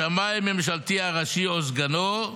השמאי הממשלתי הראשי או סגנו,